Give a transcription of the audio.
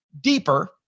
deeper